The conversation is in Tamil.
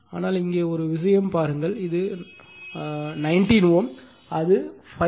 ஆனால் இங்கே ஒரு விஷயம் பாருங்கள் இது 19 Ω அது 5